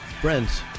Friends